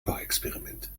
kochexperiment